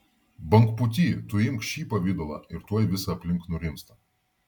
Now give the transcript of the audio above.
bangpūty tu imk šį pavidalą ir tuoj visa aplink nurimsta